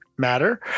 matter